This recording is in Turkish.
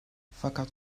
fakat